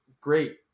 great